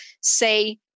say